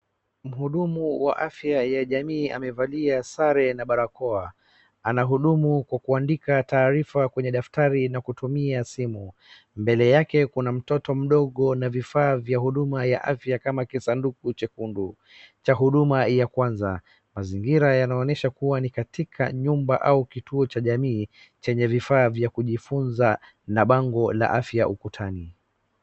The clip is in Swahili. Mhudumu wa afya ya jamii amevalia sare na barakoa . Anahudumu kwa kuandika taarifa daktari na kutumia simu. Mbele yake kuna mtoto mdogo na vifaa vya huduma ya afya kama kisaduku chekundu cha huduma ya kwanza. Mazingira yanaonyesha ni katika nyumba ama kituo cha jamii chenye vifaa vya kujifunza na bango la afya ukutani.